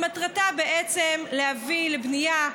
שמטרתה בעצם להביא לבנייה,